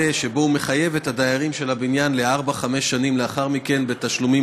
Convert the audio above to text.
שבו הוא מחייב את הדיירים של הבניין לארבע-חמש שנים לאחר מכן בתשלומים